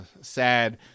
sad